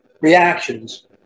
reactions